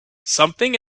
something